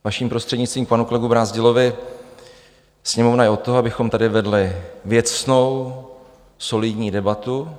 Vaším prostřednictvím panu kolegovi Brázdilovi: Sněmovna je od toho, abychom tady vedli věcnou, solidní debatu.